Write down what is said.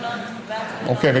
תלונות, תחבורה ציבורית.